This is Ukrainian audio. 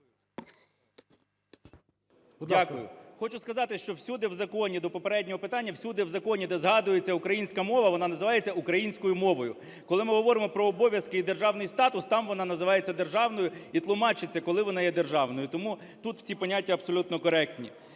М.Л. Хочу сказати, що всюди в законі, до попереднього запитання, всюди в законі, де згадується українська мова, вона називається українською мовою. Коли ми говоримо про обов'язки і державний статус, там вона називається державною і тлумачиться, коли вона є державною. Тому тут всі поняття абсолютно коректні.